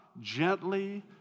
Gently